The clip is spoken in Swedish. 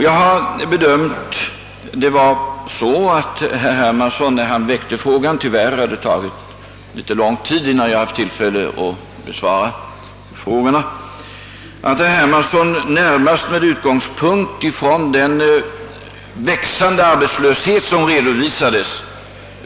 Jag har bedömt det så att herr Hermansson framställt sin interpellation därför att han ville ha ett besked om vilka åtgärder regeringen ämnar vidta för att komma till rätta med den växande arbetslöshet som redovisas.